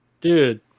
Dude